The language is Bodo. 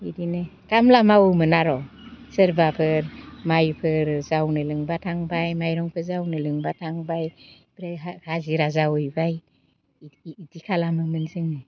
इदिनो खामला मावोमोन आर' सोरबाफोर माइफोर जावनो लिंब्ला थांबाय माइरंफोर जावनो लिंब्ला थांबाय ओमफ्राय हाजिरा जावहैबाय इदि खालामोमोन जोङो